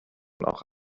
auch